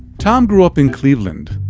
tom grew up in cleveland.